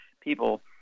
people